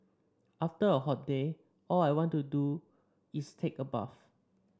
after a hot day all I want to do is take a bath